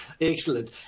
Excellent